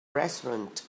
restaurant